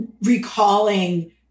recalling